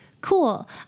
cool